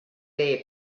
there